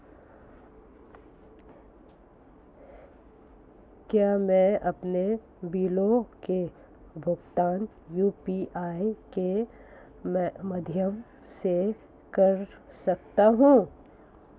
क्या मैं अपने बिलों का भुगतान यू.पी.आई के माध्यम से कर सकता हूँ?